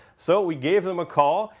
so we gave them a call,